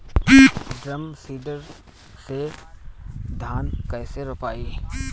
Drum seeder से धान कैसे रोपाई?